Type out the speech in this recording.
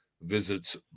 Visits